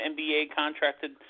NBA-contracted